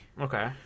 okay